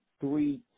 three